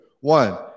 One